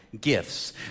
gifts